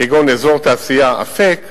כגון "אזור תעשייה אפק",